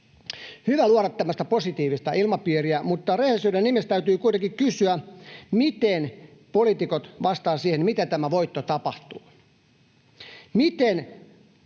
hyvä luoda tällaista positiivista ilmapiiriä, mutta rehellisyyden nimessä täytyy kuitenkin kysyä, miten poliitikot vastaavat siihen, että miten tämä voitto tapahtuu. Miten